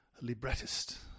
librettist